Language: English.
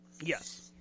Yes